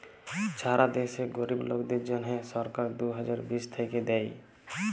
ছারা দ্যাশে গরীব লোকদের জ্যনহে সরকার দু হাজার বিশ থ্যাইকে দেই